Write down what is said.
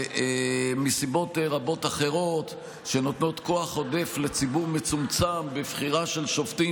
ומסיבות רבות אחרות שנותנות כוח עודף לציבור מצומצם בבחירה של שופטים,